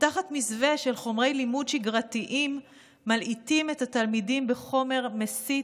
ותחת מסווה של חומרי לימוד שגרתיים מלעיטים את התלמידים בחומר מסית,